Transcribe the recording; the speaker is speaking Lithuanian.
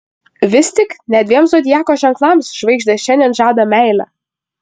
vis tik net dviem zodiako ženklams žvaigždės šiandien žadą meilę